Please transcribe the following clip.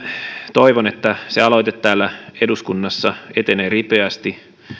toivon että se aloite täällä eduskunnassa etenee ripeästi